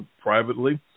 privately